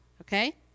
okay